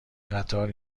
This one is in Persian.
قطار